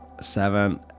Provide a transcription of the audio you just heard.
seven